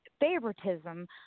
favoritism